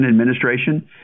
Administration